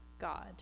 God